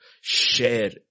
Share